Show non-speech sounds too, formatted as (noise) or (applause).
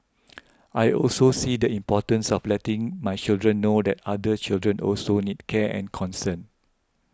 (noise) I also see the importance of letting my children know that other children also need care and concern